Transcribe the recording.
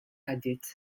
għaddiet